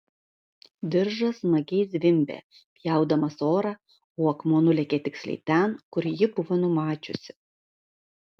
diržas smagiai zvimbė pjaudamas orą o akmuo nulėkė tiksliai ten kur ji buvo numačiusi